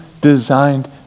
designed